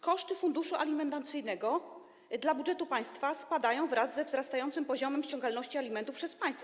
Koszty funduszu alimentacyjnego dla budżetu państwa spadają wraz ze wzrastającym poziomem ściągalności alimentów przez państwo.